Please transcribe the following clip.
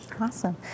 Awesome